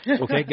Okay